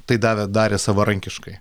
tai davė darė savarankiškai